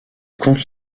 compte